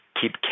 keep